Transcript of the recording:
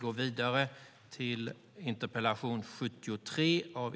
Fru talman!